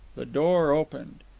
the door opened.